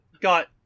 got